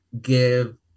give